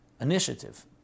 initiative